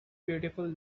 beautiful